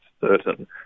certain